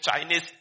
Chinese